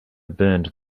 burned